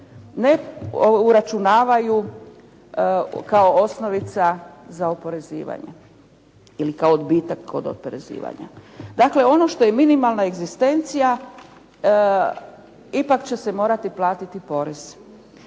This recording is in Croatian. ne uračunavaju kao osnovica za oporezivanje ili kao odbitak kod oporezivanja. Dakle, ono što je minimalna egzistencija ipak će se morati platiti porez.